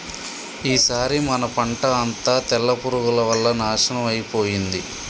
ఈసారి మన పంట అంతా తెల్ల పురుగుల వల్ల నాశనం అయిపోయింది